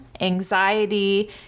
anxiety